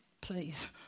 please